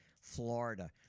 Florida